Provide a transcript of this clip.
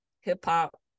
hip-hop